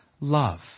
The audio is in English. love